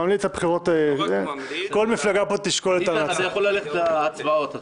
איתן, אתה יכול ללכת להצבעות עכשיו.